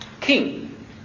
king